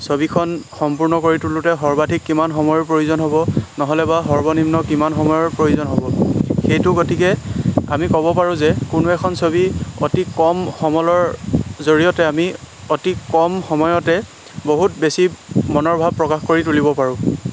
ছবিখন সম্পূৰ্ণ কৰি তোলোঁতে সৰ্বাধিক কিমান সময়ৰ প্ৰয়োজন হ'ব নহ'লে বা সৰ্বনিম্ন কিমান সময়ৰ প্ৰয়োজন হ'ব সেইটো গতিকে আমি ক'ব পাৰোঁ যে কোনো এখন ছবি অতি কম সমলৰ জৰিয়তে আমি অতি কম সময়তে বহুত বেছি মনৰ ভাৱ প্ৰকাশ কৰি তুলিব পাৰোঁ